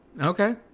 Okay